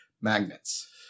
magnets